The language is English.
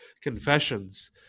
confessions